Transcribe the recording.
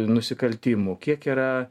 nusikaltimų kiek yra